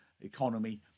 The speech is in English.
economy